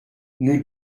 nous